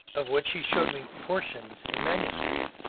of which he showed me portions in manuscript.